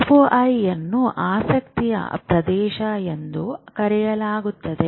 ರೋಈ ಅನ್ನು ಆಸಕ್ತಿಯ ಪ್ರದೇಶ ಎಂದು ಕರೆಯಲಾಗುತ್ತದೆ